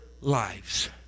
lives